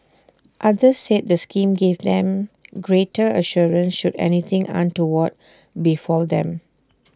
others said the scheme gave them greater assurance should anything untoward befall them